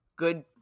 good